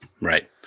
Right